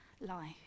life